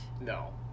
no